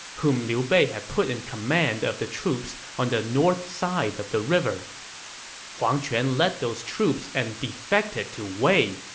whom liu bei had put in command of the troops on the north side of the river huang quan led those troops and defected to wei,